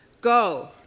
go